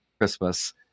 Christmas